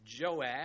Joash